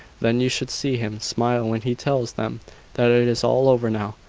then you should see him smile when he tells them that is all over now,